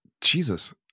Jesus